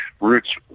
roots